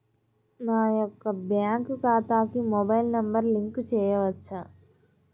నా యొక్క బ్యాంక్ ఖాతాకి మొబైల్ నంబర్ లింక్ చేయవచ్చా?